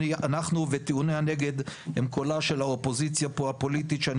אנחנו וטיעוני הנגד עם קולה של האופוזיציה פה הפוליטית שאני